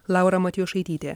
laura matijošaitytė